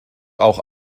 auch